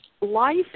life